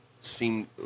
seem